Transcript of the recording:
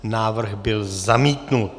Návrh byl zamítnut.